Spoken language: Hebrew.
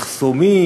מחסומים,